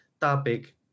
topic